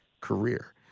career